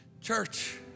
Church